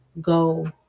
go